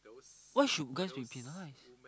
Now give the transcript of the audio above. why should guys be penalized